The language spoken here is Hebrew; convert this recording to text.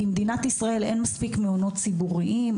מאחר ובמדינת ישראל אין מספיק מעונות ציבוריים,